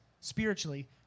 spiritually